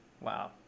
Wow